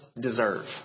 deserve